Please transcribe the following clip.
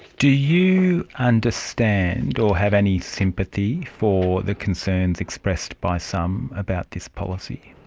do you understand or have any sympathy for the concerns expressed by some about this policy?